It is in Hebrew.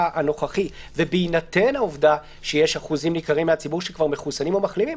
הנוכחי ובהינתן העובדה ששיעור ניכר מהציבור מחוסן או מחלים,